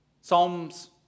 Psalms